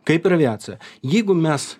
kaip ir aviacija jeigu mes